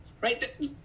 right